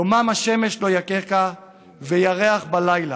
יומם השמש לא יככה וירח בלילה.